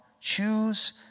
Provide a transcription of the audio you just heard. choose